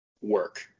work